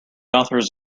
authors